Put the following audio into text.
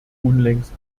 unlängst